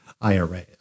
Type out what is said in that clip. IRA